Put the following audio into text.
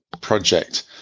project